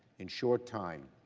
in short time,